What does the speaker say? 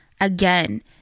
again